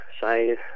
say